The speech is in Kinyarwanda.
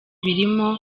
birimo